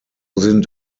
sind